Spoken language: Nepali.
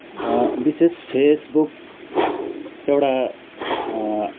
विशेष फेसबुक एउटा